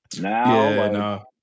Now